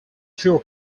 tour